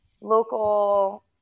local